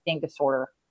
disorder